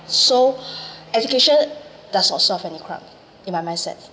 so education does not solve any crime in my mindset